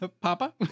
Papa